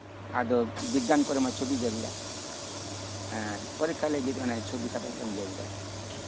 ᱟᱫᱚ ᱵᱤᱜᱽᱜᱮᱭᱟᱱ ᱠᱚᱨᱮ ᱢᱟ ᱪᱷᱚᱵᱤ ᱡᱟᱹᱨᱩᱲᱟ ᱯᱚᱨᱤᱠᱠᱟ ᱞᱟᱹᱜᱤᱫ ᱪᱷᱚᱵᱤ ᱟᱸᱠᱟᱣ ᱡᱟᱹᱨᱩᱲᱟ